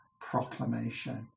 proclamation